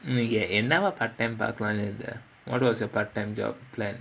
நீ என்னவா:nee ennavaa part-time பாக்கலானு இருந்தா:paakkalaanu irunthaa what was your part-time job plan